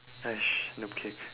!hais! okay